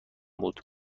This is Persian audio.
بود